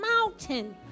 mountain